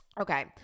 okay